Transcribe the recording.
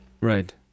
Right